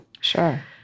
Sure